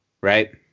right